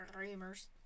rumors